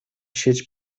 sieć